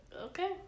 Okay